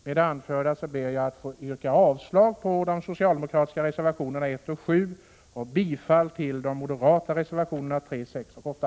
Med det anförda ber jag att få yrka avslag på de socialdemokratiska reservationerna 1 och 7 och bifall till de moderata reservationerna 3, 6 och 8.